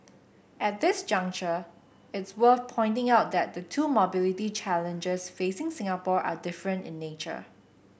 at this juncture it's worth pointing out that the two mobility challenges facing Singapore are different in nature